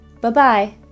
Bye-bye